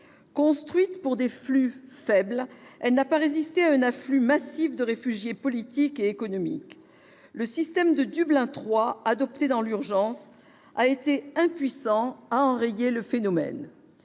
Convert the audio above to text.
Construite pour des flux faibles, elle n'a pas résisté à un afflux massif de réfugiés politiques et économiques. Le système Dublin III, adopté dans l'urgence, s'est révélé impuissant à enrayer le phénomène.